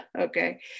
Okay